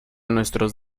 nuestros